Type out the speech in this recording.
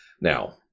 Now